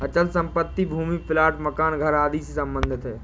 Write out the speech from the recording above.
अचल संपत्ति भूमि प्लाट मकान घर आदि से सम्बंधित है